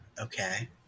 okay